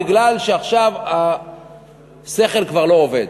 בגלל שעכשיו השכל כבר לא עובד.